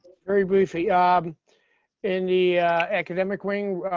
very briefly um in the academic wing,